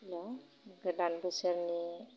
हेल' गोदान बोसोरनि